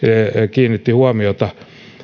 kiinnittivät huomiota